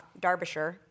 Derbyshire